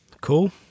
Cool